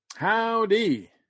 Howdy